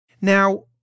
Now